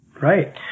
right